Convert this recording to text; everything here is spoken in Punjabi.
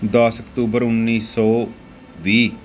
ਦਸ ਅਕਤੂਬਰ ਉੱਨੀ ਸੌ ਵੀਹ